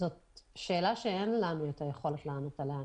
זאת שאלה שאין לנו את היכולת לענות עליה.